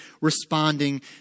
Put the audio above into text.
responding